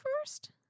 first